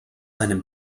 einem